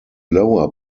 lower